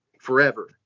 forever